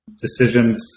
decisions